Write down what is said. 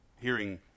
hearing